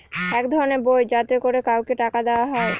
এক ধরনের বই যাতে করে কাউকে টাকা দেয়া হয়